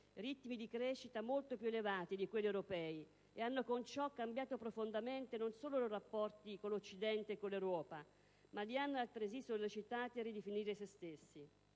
ritmi di crescita molto più elevati di quelli europei e hanno con ciò cambiato profondamente non solo i loro rapporti con l'Occidente e con l'Europa, ma li hanno altresì sollecitati a ridefinire sé stessi.